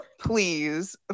please